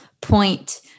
point